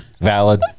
Valid